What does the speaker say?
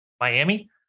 Miami